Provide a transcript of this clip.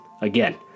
Again